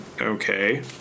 Okay